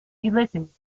ulysses